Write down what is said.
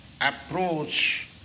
approach